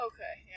Okay